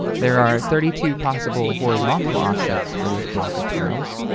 there are thirty two possible horizontal offsets for this block of tiles.